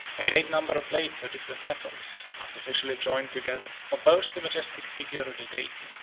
a great number of plates of different metals, artificially joined together, composed the majestic figure of the deity,